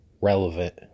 relevant